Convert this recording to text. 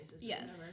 Yes